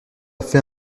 fait